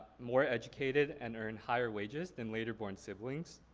more educated and earn higher wages than later born siblings.